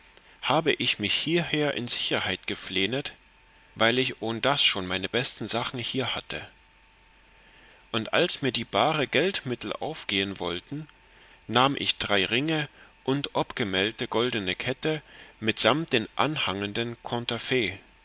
habe ich mich hieher in sicherheit geflehnet weil ich ohn das schon meine beste sachen hier hatte und als mir die bare geldmittel aufgehen wollten nahm ich drei ringe und obgemeldte goldene kette mitsamt dem anhangenden conterfait